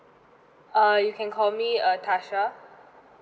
err you can call me uh tasha